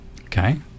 Okay